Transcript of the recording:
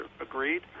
Agreed